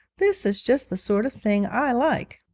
this is just the sort of thing i like